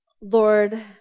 Lord